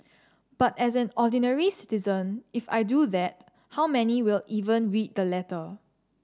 but as an ordinary citizen if I do that how many will even read the letter